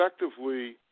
effectively